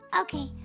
okay